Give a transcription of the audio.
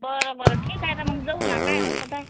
बरं बरं ठीक आहे ना मग जाऊ ना काय हरकत आहे